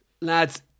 lads